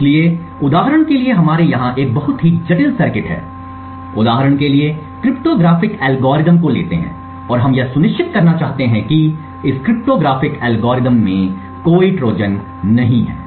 इसलिए उदाहरण के लिए हमारे यहाँ एक बहुत ही जटिल सर्किट है उदाहरण के लिए क्रिप्टोग्राफ़िक एल्गोरिदम को लेते हैं और हम यह सुनिश्चित करना चाहते हैं कि इस क्रिप्टोग्राफ़िक एल्गोरिथ्म में कोई ट्रोजन नहीं है